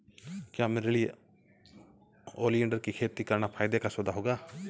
क्या मेरे लिए ओलियंडर की खेती करना फायदे का सौदा होगा?